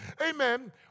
Amen